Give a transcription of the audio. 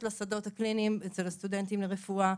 לשדות הקליניים אצל הסטודנטים לרפואה,